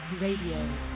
Radio